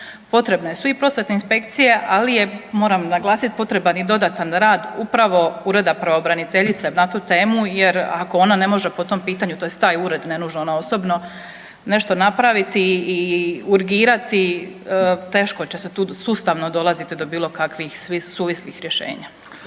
Potrebne su i prosvjetne inspekcije, ali je moram naglasiti potreban i dodatan rad upravo Ureda pravobraniteljice na tu temu jer ako ona ne može po tom pitanju tj. taj ured, ne nužno ona osobno nešto napraviti i urgirati teškoće se tu sustavno dolaziti do bilo kakvih suvislih rješenja.